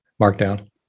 Markdown